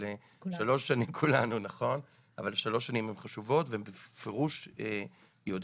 אבל שלוש שנים הן חשובות והן בפירוש יעודדו